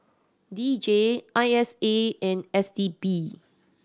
D J I S A and S T B